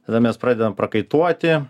tada mes pradedam prakaituoti